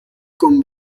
con